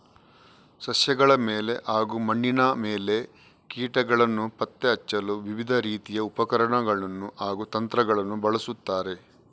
ಸಸ್ಯಗಳ ಮೇಲೆ ಹಾಗೂ ಮಣ್ಣಿನ ಮೇಲೆ ಕೀಟಗಳನ್ನು ಪತ್ತೆ ಹಚ್ಚಲು ವಿವಿಧ ರೀತಿಯ ಉಪಕರಣಗಳನ್ನು ಹಾಗೂ ತಂತ್ರಗಳನ್ನು ಬಳಸುತ್ತಾರೆ